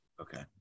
Okay